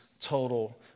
total